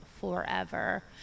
forever